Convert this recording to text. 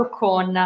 con